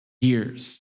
years